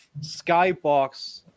skybox